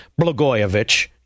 Blagojevich